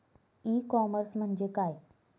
E commerce म्हणजे काय?